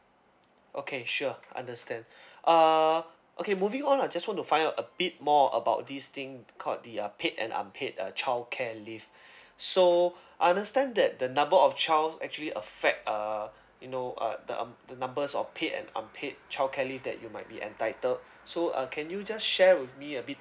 okay sure understand uh okay moving on I just want to find out a bit more about this thing called the uh paid and unpaid uh childcare leave so understand that the number of child actually affect uh you know uh the um the numbers of paid and unpaid childcare leave that you might be entitled so uh can you just share with me a bit